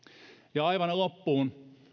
ja aivan loppuun